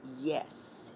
yes